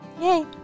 Yay